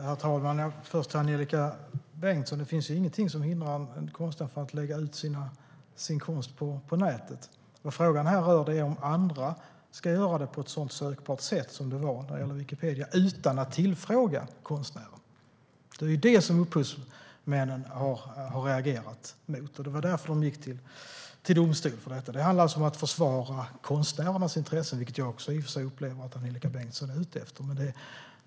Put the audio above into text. Herr talman! Först vill jag säga till Angelika Bengtsson att det inte finns någonting som hindrar en konstnär från att lägga ut sin konst på nätet. Vad frågan här rör är om andra ska kunna göra det på ett sådant sökbart sätt som är fallet när det gäller Wikimedia utan att tillfråga konstnären. Det är ju det som upphovsmännen har reagerat mot, och det var därför de gick till domstol. Det handlar alltså om att försvara konstnärernas intressen, vilket jag också i och för sig upplever att Angelika Bengtsson är ute efter.